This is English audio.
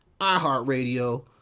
iHeartRadio